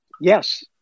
Yes